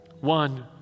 One